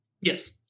Yes